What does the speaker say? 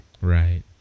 Right